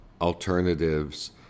alternatives